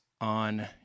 on